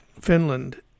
Finland